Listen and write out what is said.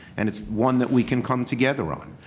and it's one that we can come together on.